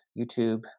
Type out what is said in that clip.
YouTube